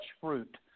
fruit